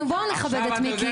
בואו נכבד את מיקי.